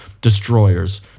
Destroyers